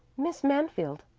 miss mansfield.